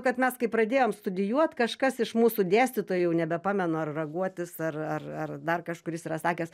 kad mes kai pradėjom studijuot kažkas iš mūsų dėstytojai jau nebepamenu ar raguotis ar ar ar dar kažkuris yra sakęs